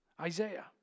Isaiah